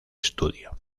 estudio